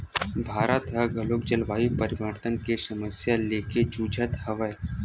भारत ह घलोक जलवायु परिवर्तन के समस्या लेके जुझत हवय